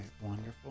wonderful